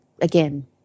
again